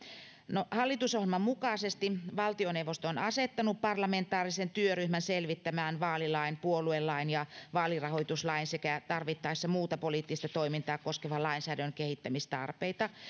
no hallitusohjelman mukaisesti valtioneuvosto on asettanut parlamentaarisen työryhmän selvittämään vaalilain puoluelain ja vaalirahoituslain sekä tarvittaessa muuta poliittista toimintaa koskevan lainsäädännön kehittämistarpeita